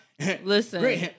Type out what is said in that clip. Listen